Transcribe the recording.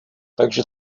takže